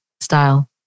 style